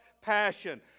passion